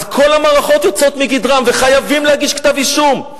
אז כל המערכות יוצאות מגדרן וחייבים להגיש כתב-אישום,